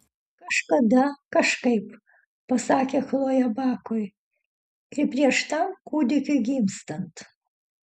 kažkada kažkaip pasakė chlojė bakui ir prieš tam kūdikiui gimstant